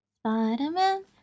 Spider-Man